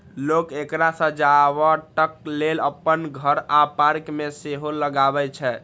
लोक एकरा सजावटक लेल अपन घर आ पार्क मे सेहो लगबै छै